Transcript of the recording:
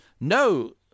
no